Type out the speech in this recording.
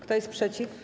Kto jest przeciw?